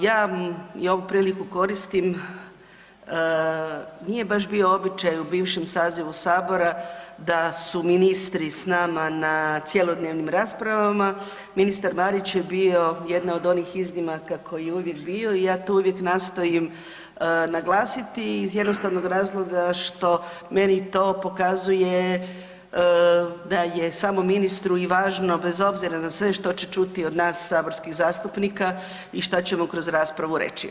Ja ovu priliku koristim, nije baš bio običaj u bivšem sazivu sabora da su ministri s nama na cjelodnevnim raspravama, ministar Marić je bio jedna od onih iznimaka koji je uvijek bio i ja to uvijek nastojim naglasiti iz jednostavnog razloga što meni to pokazuje da je samom ministru i važno bez obzira na sve što će čuti od nas saborskih zastupnika i što ćemo kroz raspravu reći.